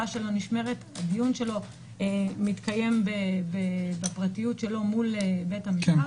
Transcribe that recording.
הדיון שלו מתקיים בפרטיות שלו מול בית המשפט.